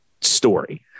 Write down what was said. story